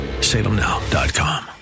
Salemnow.com